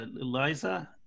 Eliza